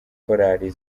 korali